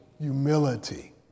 humility